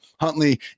Huntley